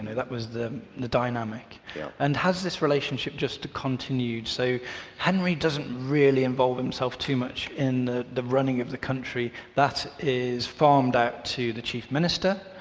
that was the the dynamic and has this relationship just to continued so henry doesn't really involve himself too much in the the running of the country that is farmed out to the chief minister.